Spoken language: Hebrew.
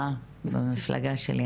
אהה, במפלגה שלי.